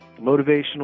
motivational